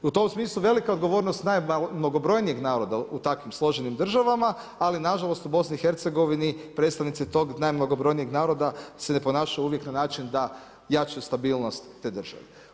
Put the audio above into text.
I u tom smislu velika odgovornost najmnogobrojnijeg naroda u takvim složenim državama, ali nažalost u BiH predstavnici tog najmnogobrojnijeg naroda se ne ponašaju uvijek na način da jačaju stabilnost te države.